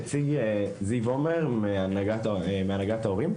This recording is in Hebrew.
כפי שהציג זיו עומר מהנהגת המורים,